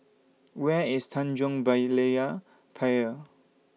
Where IS Tanjong Berlayer Pier